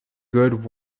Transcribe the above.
good